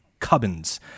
Cubbins